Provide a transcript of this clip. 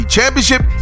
Championship